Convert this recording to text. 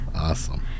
awesome